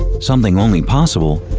something only possible.